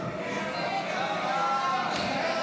ההצעה להעביר את הצעת חוק העונשין (תיקון,